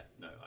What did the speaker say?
no